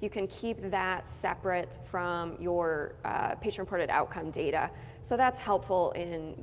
you can keep that separate from your patient-reported outcome data so that's helpful in